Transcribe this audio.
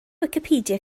wicipedia